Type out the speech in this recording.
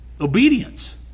obedience